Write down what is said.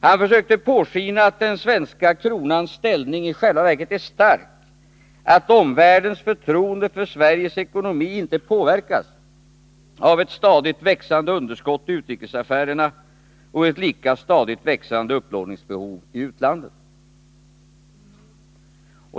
Han försökte låta påskina att den svenska kronans ställning i själva verket är stark, att omvärldens förtroende för Sveriges ekonomi inte påverkas av ett stadigt växande underskott i utrikesaffärerna och ett lika stadigt växande upplå ningsbehov i utlandet.